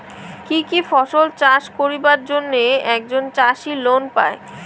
কি কি ফসল চাষ করিবার জন্যে একজন চাষী লোন পায়?